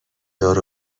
دار